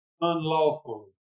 unlawfully